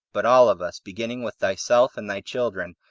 but all of us, beginning with thyself and thy children,